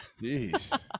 Jeez